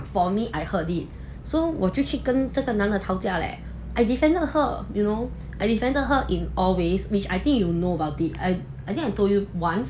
for me I heard it so 我就跟这个男的吵架 leh I defended her you know I defended her in all ways which I think you know about the it I I think I told you once